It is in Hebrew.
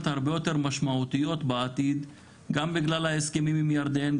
הרבה יותר משמעותיות בעתיד גם בגלל ההסכמים עם ירדן,